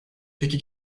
peki